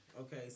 Okay